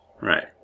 Right